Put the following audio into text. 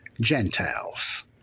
Gentiles